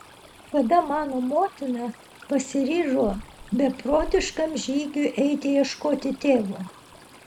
kada mano motina pasiryžo beprotiškam žygiui eiti ieškoti tėvo